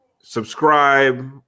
Subscribe